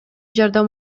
жардам